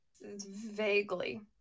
Vaguely